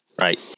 right